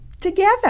together